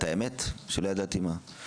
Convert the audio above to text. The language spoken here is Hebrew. את האמת שלא ידעתי מה,